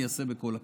אני אעשה בכל הכוח.